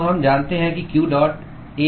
तो हम जानते हैं कि q डॉट A क्या है